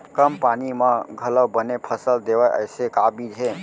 कम पानी मा घलव बने फसल देवय ऐसे का बीज हे?